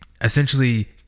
essentially